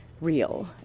real